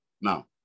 Now